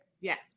Yes